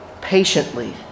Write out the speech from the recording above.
patiently